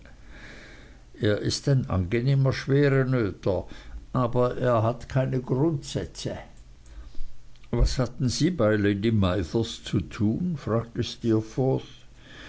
er ist ein angenehmer schwerenöter aber er hat keine grundsätze was hatten sie bei lady mithers zu tun fragte steerforth